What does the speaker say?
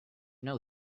know